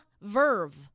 verve